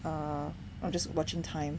err I'm just watching time